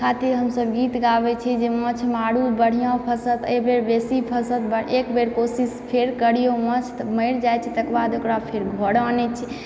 खातिर हमसभ गीत गाबैत छी जे माछ मारू बढ़िआँ फँसत एहिबेर बेसी फँसत एकबेर कोशिश फेर करिऔ माछ तऽ मरि जाइत छै तकर बाद ओकरा फेर घर आनैत छी